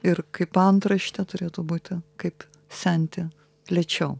ir kaip antraštė turėtų būti kaip senti lėčiau